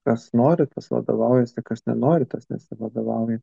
kas nori tas vadovaujasi kas nenori tas nesivadovauja